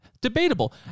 Debatable